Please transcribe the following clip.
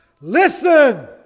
listen